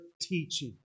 teaching